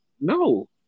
no